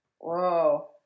Whoa